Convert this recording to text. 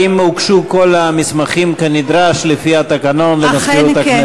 האם הוגשו כל המסמכים כנדרש לפי התקנון למזכירות הכנסת?